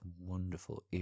wonderful